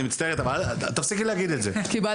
אני שואל, אין איך יחס לדבר כזה.